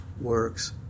works